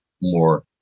more